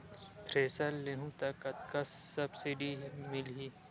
Thresher लेहूं त कतका सब्सिडी मिलही?